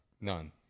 None